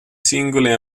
singole